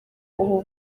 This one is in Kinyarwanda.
ubu